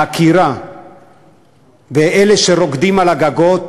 העקירה ואלה שרוקדים על הגגות,